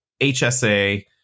HSA